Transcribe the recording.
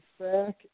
back